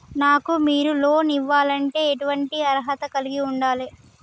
నాకు మీరు లోన్ ఇవ్వాలంటే ఎటువంటి అర్హత కలిగి వుండాలే?